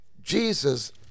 Jesus